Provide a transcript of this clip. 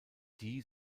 die